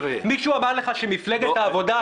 מישהו אמר לך אתמול ---?